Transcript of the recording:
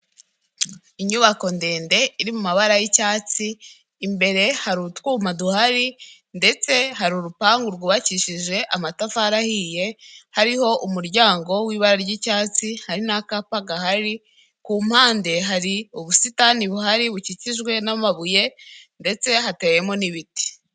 Inyubako ndende iri mu mabara y'icyatsi, imbere hari utwuma duhari ndetse hari urupangu rwubakishije amatafari ahiye hariho umuryango w'ibara ry'icyatsi, hari n'akapa gahari, ku mpande hari ubusitani buhari bukikijwe n'amabuye ndetse hatewemo n'ibiti.